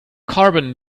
carbon